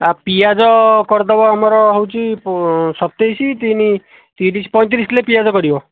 ଆ ପିଆଜ କରିଦେବ ଆମର ହେଉଛୁ ଉଁ ଶତେଇଶ ତିନି ତିରିଶ ପଇଁତିରିଶ କିଲୋ ପିଆଜ କରିବ